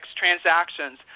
transactions